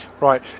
Right